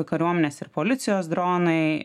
kariuomenės ir policijos dronai